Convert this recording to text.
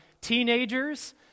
teenagers